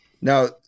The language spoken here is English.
Now